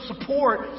support